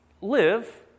live